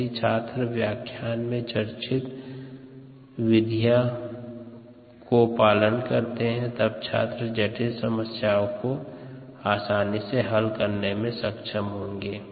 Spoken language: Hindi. यदि छात्र व्याख्यान में चर्चित विधियों का पालन करते हैं तब छात्र जटिल समस्याओं को आसानी से हल करने में सक्षम होंगे